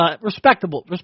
respectable